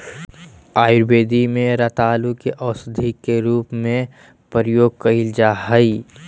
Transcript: आयुर्वेद में रतालू के औषधी के रूप में प्रयोग कइल जा हइ